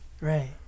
Right